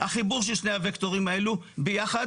החיבור של שני הווקטורים האלו ביחד,